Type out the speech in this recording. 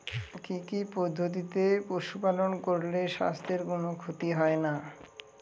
কি কি পদ্ধতিতে পশু পালন করলে স্বাস্থ্যের কোন ক্ষতি হয় না?